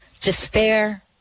despair